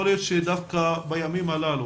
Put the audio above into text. יכול להיות שדווקא בימים האלה,